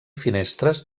finestres